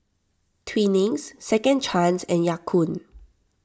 Twinings Second Chance and Ya Kun